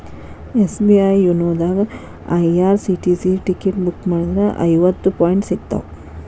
SBI YONO ದಾಗಾ IRCTC ticket book ಮಾಡಿದ್ರ ಐವತ್ತು ಪಾಯಿಂಟ್ ಸಿಗ್ತಾವ